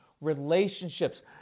relationships